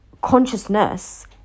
consciousness